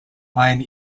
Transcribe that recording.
line